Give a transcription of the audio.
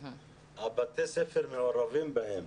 בתי הספר מעורבים בהם.